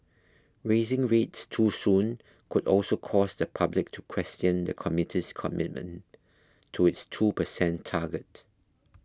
raising rates too soon could also cause the public to question the committee's commitment to its two percent target